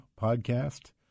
podcast